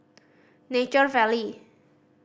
Nature Valley